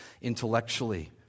intellectually